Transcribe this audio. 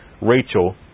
Rachel